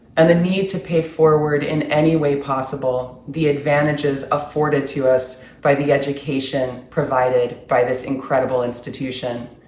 and the need to pay forward in any way possible, the advantages afforded to us by the education provided by this incredible institution.